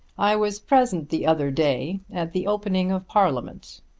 i was present the other day at the opening of parliament.